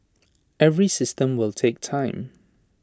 every system will take time